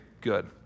good